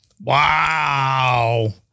Wow